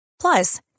Plus